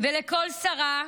ולכל שרה.